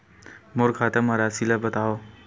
मोर खाता म राशि ल बताओ?